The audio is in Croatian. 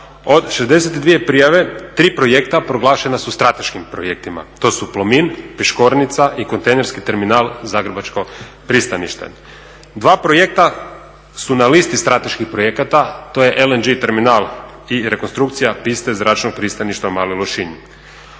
Od 62 prijave 3 projekta proglašena su strateškim projektima. To su Plomin, Piškornica i Kontejnerski terminal zagrebačko pristanište. Dva projekta su na listi strateških projekata, to je LNG terminal i rekonstrukcija piste Zračnog pristaništa u Malom Lošinju.